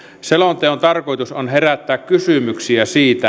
selonteon tarkoitus on herättää kysymyksiä siitä